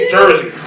Jersey